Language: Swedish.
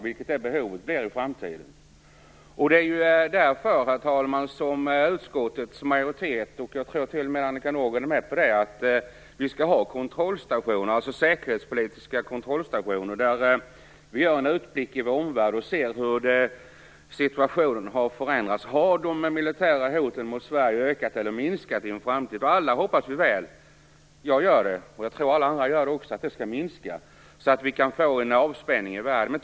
Det är därför, herr talman, som försvarsutskottets majoritet, och jag tror att Annika Nordgren är med på det, tycker att vi skall ha säkerhetspolitiska kontrollstationer där vi gör en utblick i omvärlden och ser hur situationen har förändrats: Har de militära hoten mot Sverige ökat eller minskat? Alla hoppas vi väl - jag gör det - att de skall minska så att vi kan få en avspänning i världen.